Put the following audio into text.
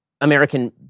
American